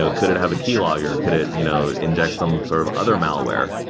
ah could it have a key logger? could it you know inject some sort of other malware?